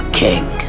king